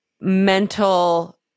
mental